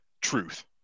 truth